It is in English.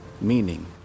Meaning